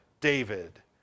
David